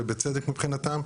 ובצדק מבחינתם.